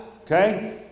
Okay